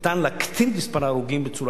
וניתן להקטין את מספר ההרוגים בצורה